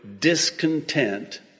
discontent